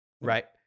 right